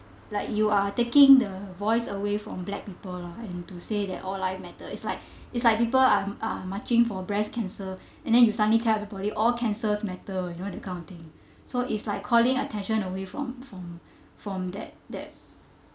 like you are taking the voice away from black people lor and to say that all life matter it's like it's like people are are marching for breast cancer and then you suddenly tell every body all cancers matter you know that kind of thing so it's like calling attention away from from from that that